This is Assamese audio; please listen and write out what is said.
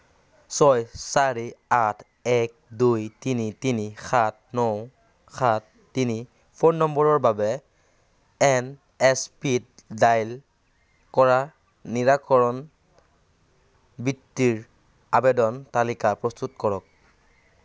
ছয় চাৰি আঠ এক দুই তিনি তিনি সাত ন সাত তিনি ফোন নম্বৰৰ বাবে এন এছ পিত দাইল কৰা নিৰাকৰণ বৃত্তিৰ আবেদনৰ তালিকা প্ৰস্তুত কৰক